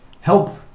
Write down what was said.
help